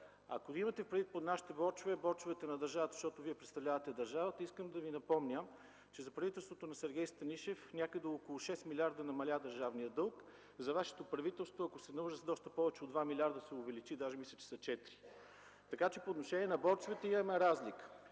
че при правителството на Сергей Станишев някъде с около 6 милиарда намаля държавният дълг. За Вашето правителство, ако се не лъжа, с доста повече от 2 милиарда се увеличи, даже мисля, че са 4. Затова мисля, че по отношение на борчовете имаме разлика.